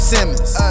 Simmons